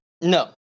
no